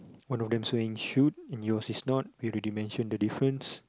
one of them is wearing shoes and yours is not we already mentioned the difference